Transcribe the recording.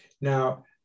Now